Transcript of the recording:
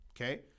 okay